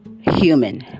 Human